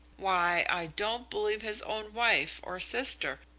why, i don't believe his own wife or sister,